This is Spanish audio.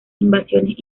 invasiones